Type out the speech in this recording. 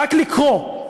רק לקרוא,